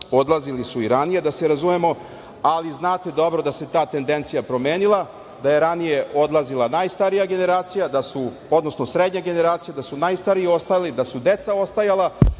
odlazili su i ranije da se razumemo, ali znate dobro da se ta tendencija promenila da je ranije odlazila najstarija generacija, odnosno srednja generacija da su najstariji ostajali, da su deca ostajala